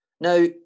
now